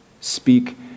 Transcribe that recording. speak